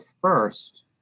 first